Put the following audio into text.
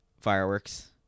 fireworks